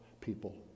people